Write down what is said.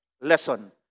lesson